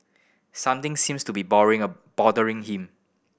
something seems to be boring a bothering him